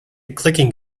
clicking